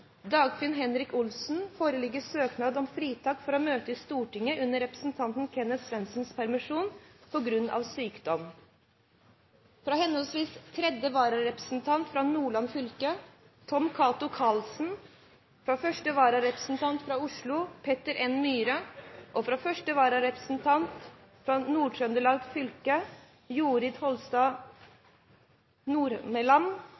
Dagfinn Henrik Olsen, foreligger søknad om fritak for å møte i Stortinget under representanten Kenneth Svendsens permisjon, på grunn av sykdom. Fra henholdsvis tredje vararepresentant for Nordland fylke, Tom Cato Karlsen, første vararepresentant for Oslo, Peter N. Myhre, og første vararepresentant for Nord-Trøndelag fylke, Jorid